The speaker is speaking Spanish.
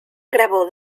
grabó